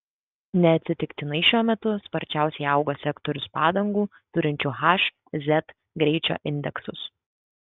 neatsitiktinai šiuo metu sparčiausiai auga sektorius padangų turinčių h z greičio indeksus